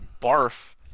barf